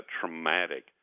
traumatic